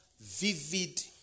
vivid